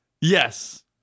Yes